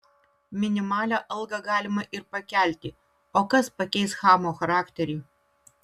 minimalią algą galima ir pakelti o kas pakeis chamo charakterį